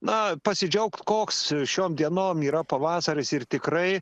na pasidžiaugt koks šiom dienom yra pavasaris ir tikrai